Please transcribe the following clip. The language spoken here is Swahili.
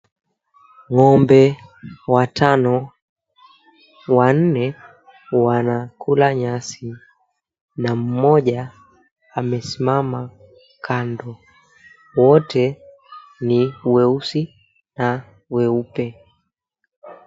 Ng'ombe watano, wanne wanakula nyasi na mmoja amesimama kando. Wote ni weusi na weupe.